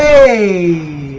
a